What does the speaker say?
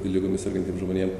ligomis sergantiem žmonėm